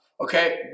Okay